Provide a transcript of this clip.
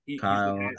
Kyle